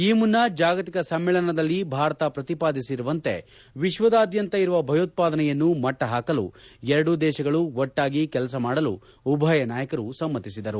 ಈ ಮುನ್ನ ಜಾಗತಿಕ ಸಮ್ಮೇಳನದಲ್ಲಿ ಭಾರತ ಪ್ರತಿಪಾದಿಸಿರುವಂತೆ ವಿಶ್ವದಾದ್ದಂತ ಇರುವ ಭಯೋತ್ವಾದನೆಯನ್ನು ಮಟ್ಟಹಾಕಲು ಎರಡೂ ದೇಶಗಳು ಒಟ್ಟಾಗಿ ಕೆಲಸ ಮಾಡಲು ಉಭಯ ನಾಯಕರು ಸಮ್ಮತಿಸಿದರು